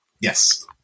Yes